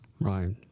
Right